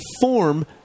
form